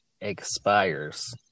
expires